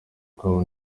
kabo